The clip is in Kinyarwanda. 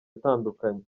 atandukanye